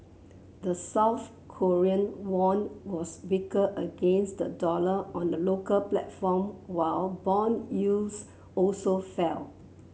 the South Korean won was weaker against the dollar on the local platform while bond yields also fell